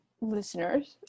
Listeners